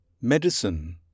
Medicine